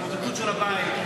התמוטטות של הבית,